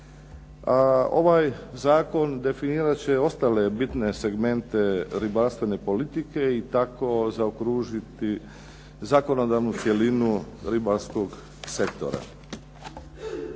Ovaj zakon definirat će ostale bitne segmente ribarstvene politike i tako zaokružiti zakonodavnu cjelinu ribarskog sektora.